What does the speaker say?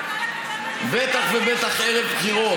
בטח ובטח ערב בחירות.